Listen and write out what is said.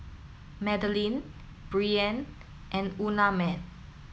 Madelene Breanne and Unnamed